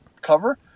cover